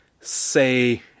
say